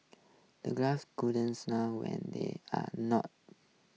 the guards couldn't laugh when they are not